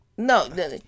No